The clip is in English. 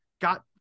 Got